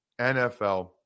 NFL